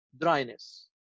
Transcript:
dryness